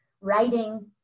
writing